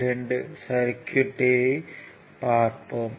22 circuit ஐ பார்ப்போம்